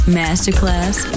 masterclass